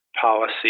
policy